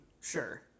Sure